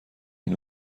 این